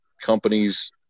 companies